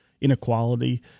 inequality